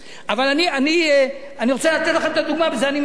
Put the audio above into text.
אבל אני רוצה לתת לכם את הדוגמה, ובזה אני מסיים.